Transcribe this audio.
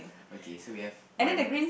okay so we have one